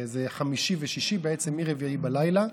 זה חמישי ושישי, בעצם מרביעי בלילה.